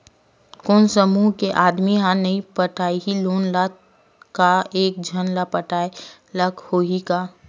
कोन समूह के आदमी हा नई पटाही लोन ला का एक झन ला पटाय ला होही का?